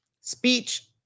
speech